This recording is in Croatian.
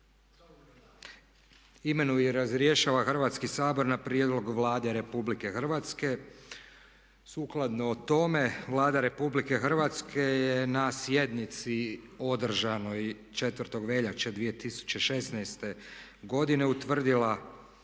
imenuje i razrješava Hrvatski sabor na prijedlog Vlade Republike Hrvatske. Sukladno tome Vlada Republike Hrvatske je na sjednici održanoj 4. veljače 2016. godine utvrdila